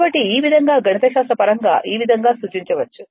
కాబట్టి ఈ విధంగా గణితశాస్త్రపరంగా ఈ విధంగా సూచించవచ్చు